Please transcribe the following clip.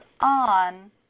on